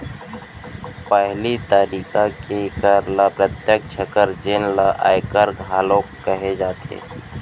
पहिली तरिका के कर ल प्रत्यक्छ कर जेन ल आयकर घलोक कहे जाथे